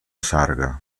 sarga